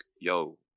yo